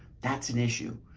that's an issue.